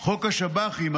חוק השב"חים,